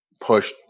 push